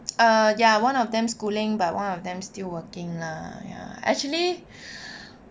err ya one of them schooling but one of them still working lah ya actually